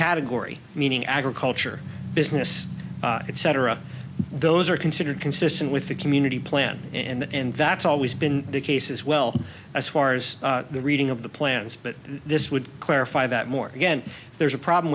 category meaning agriculture business etc those are considered consistent with the community plan and that's always been the case as well as as far the reading of the plans but this would clarify that more again there's a problem